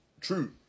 true